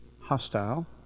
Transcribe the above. hostile